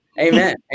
amen